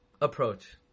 approach